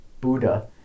Buddha